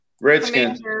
Redskins